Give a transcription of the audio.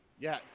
Yes